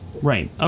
right